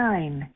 Nine